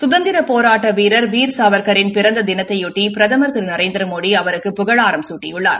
சுதந்திரப் போராட்ட வீரர் வீர் சாவர்கரின் பிறந்த தினத்தைபொட்டி பிரதம் திரு நரேந்திரமோடி அவருக்கு புகழாரம் சூட்டியுள்ளார்